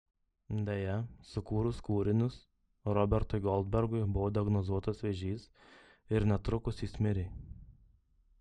deja sukūrus kūrinius robertui goldbergui buvo diagnozuotas vėžys ir netrukus jis mirė